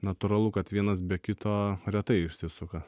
natūralu kad vienas be kito retai išsisuka